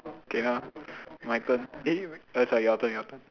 okay lah my turn eh err sorry your turn your turn